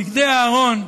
אהרן,